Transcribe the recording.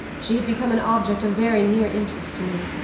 she had become an object of very near interest to me,